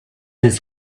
his